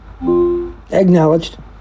Acknowledged